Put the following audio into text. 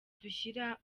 dushyira